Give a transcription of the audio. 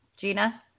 Gina